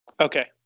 okay